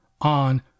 on